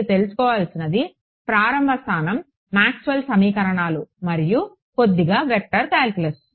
మీరు తెలుసుకోవలసినది ప్రారంభ స్థానం మాక్స్వెల్ సమీకరణాలు మరియు కొద్దిగా వెక్టర్ కాలిక్యులస్